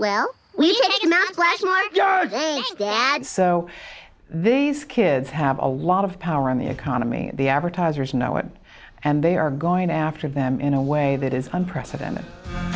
did so these kids have a lot of power in the economy the advertisers know it and they are going after them in a way that is unprecedented